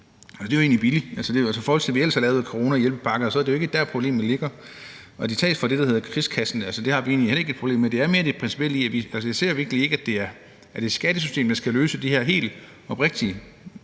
det er jo egentlig billigt, og i forhold til hvad vi ellers har lavet af coronahjælpepakker, er det jo ikke der, problemet ligger, og de tages fra det, der hedder krigskassen, og det har vi heller ikke noget problem med, men det er mere det principielle i, at jeg virkelig ikke kan se, at det er skattesystemet, der skal løse de her helt oprigtigt